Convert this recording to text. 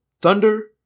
thunder